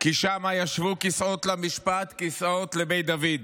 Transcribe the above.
כי שמה ישבו כסאות למשפט כסאות לבית דויד.